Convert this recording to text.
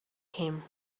him